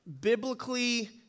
biblically